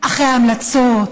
אחרי ההמלצות,